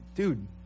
dude